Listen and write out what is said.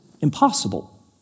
impossible